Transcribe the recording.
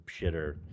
shitter